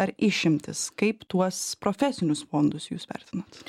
ar išimtys kaip tuos profesinius fondus jūs vertinat